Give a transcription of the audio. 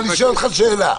אני שואל אותך שאלה.